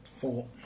Four